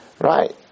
Right